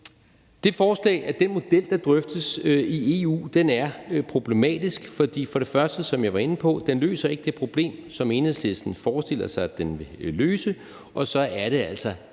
aktier osv. Den model, der drøftes i EU, er problematisk, for det første, som jeg var inde på, fordi den ikke løser det problem, som Enhedslisten forestiller sig den vil løse, og så er det altså